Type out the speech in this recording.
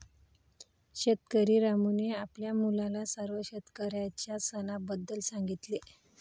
शेतकरी रामूने आपल्या मुलाला सर्व शेतकऱ्यांच्या सणाबद्दल सांगितले